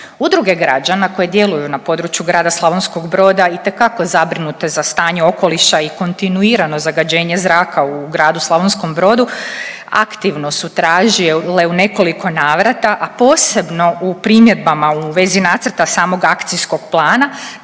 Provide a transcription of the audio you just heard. Udruge građana koje djeluju na području grada Slavonskog Brod itekako zabrinute za stanje okoliša i kontinuirano zagađenje zraka u gradu Slavonskom Brodu, aktivno su tražile u nekoliko navrata, a posebno u primjedbama u vezi nacrta samog akcijskog plana